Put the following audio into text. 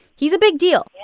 he's a big deal yeah